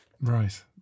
right